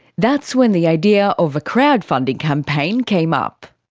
that's when the idea of a crowdfunding campaign came up.